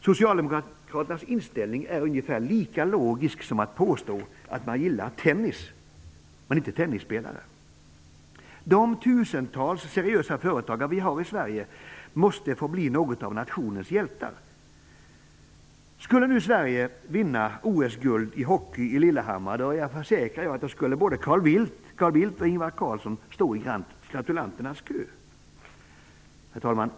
Socialdemokraternas inställning är ungefär lika logisk som att påstå att man gillar tennis men inte tennisspelare. De tusentals seriösa företagare vi har i Sverige måste få bli något av nationens hjältar. Skulle Sverige vinna OS-guld i ishockey i Lillehammer, försäkrar jag att både Carl Bildt och Ingvar Carlsson skulle stå i gratulanternas kö. Herr talman!